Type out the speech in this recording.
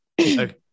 Okay